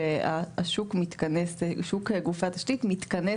ששוק גופי התשתית מתכנס